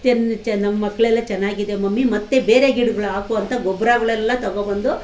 ಚೆನ್ನ ಚೆನ್ನ ಮಕ್ಕಳೆಲ್ಲಾ ಚೆನ್ನಾಗಿದೆ ಮಮ್ಮಿ ಮತ್ತೆ ಬೇರೆ ಗಿಡಗಳು ಹಾಕು ಅಂತ ಗೊಬ್ಬರಗಳೆಲ್ಲ ತಗೋಬಂದು